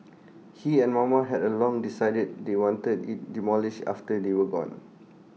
he and mama had A long decided they wanted IT demolished after they were gone